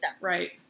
Right